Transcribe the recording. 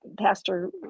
Pastor